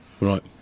Right